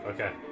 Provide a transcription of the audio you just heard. Okay